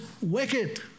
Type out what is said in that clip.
wicked